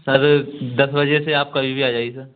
sir दस बजे से आप कभी भी आ जाइए सर